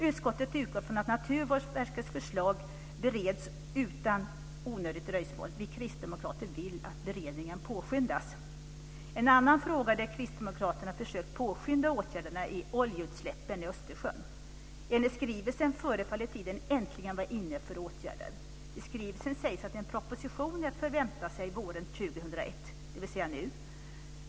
Utskottet utgår från att Naturvårdsverkets förslag bereds utan onödigt dröjsmål. Vi kristdemokrater vill att beredningen påskyndas. En annan fråga där kristdemokraterna försökt påskynda åtgärderna är oljeutsläppen i Östersjön. Enligt skrivelsen förefaller tiden äntligen vara inne för åtgärder. I skrivelsen sägs att en proposition är att förvänta våren 2001, dvs. nu.